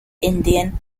indian